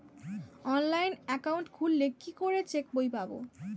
Online account খুললে কি করে চেক বই পাব?